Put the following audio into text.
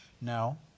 No